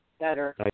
Better